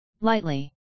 lightly